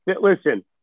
listen